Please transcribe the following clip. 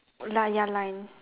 la~ ya line